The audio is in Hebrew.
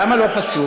למה לא חשוב?